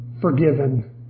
forgiven